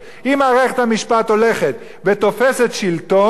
אם מערכת המשפט הולכת ותופסת שלטון,